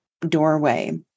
doorway